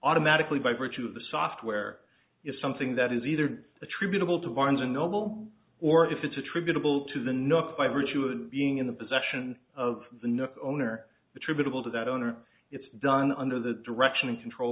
automatically by virtue of the software is something that is either attributable to vines and noble or if it's attributable to the north by virtue of being in the possession of the not owner attributable to that owner it's done under the direction control